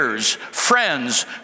friends